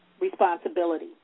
responsibility